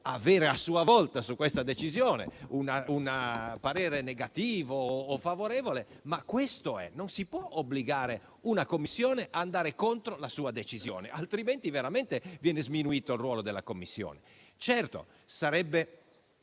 può esprimere, su questa decisione, un parere negativo o favorevole, ma di fatto non si può obbligare una Commissione ad andare contro la propria decisione, altrimenti veramente viene sminuito il ruolo della stessa. Certo, sarebbe